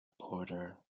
porter